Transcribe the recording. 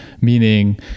meaning